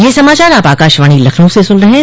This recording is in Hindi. ब्रे क यह समाचार आप आकाशवाणी लखनऊ से सुन रहे हैं